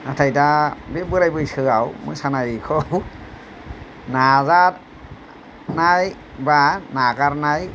नाथाय दा बे बोराय बैसोआव मोसानायखौ नाजानाय बा नागारनाय